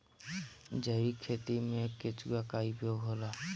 जैविक खेती मे केचुआ का उपयोग होला?